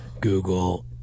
Google